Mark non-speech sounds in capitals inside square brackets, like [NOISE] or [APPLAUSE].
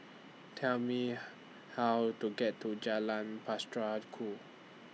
Tell Me How to get to Jalan [UNINTELLIGIBLE] Ku